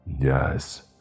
Yes